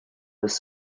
this